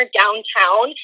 downtown